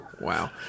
wow